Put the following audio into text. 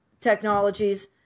technologies